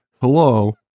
hello